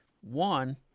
One